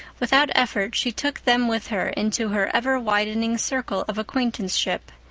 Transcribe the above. without effort, she took them with her into her ever widening circle of acquaintanceship,